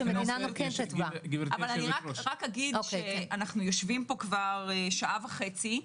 אנחנו יושבים פה כבר שעה וחצי,